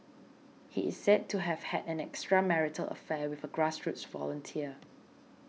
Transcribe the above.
he is said to have had an extramarital affair with a grassroots volunteer